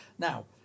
Now